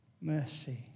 Mercy